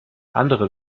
andere